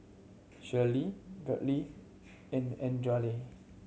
Shirlie Brynlee and Adriane